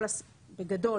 בגדול,